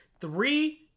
three